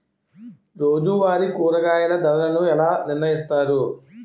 రోజువారి కూరగాయల ధరలను ఎలా నిర్ణయిస్తారు?